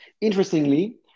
interestingly